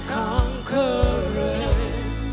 conquerors